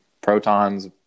protons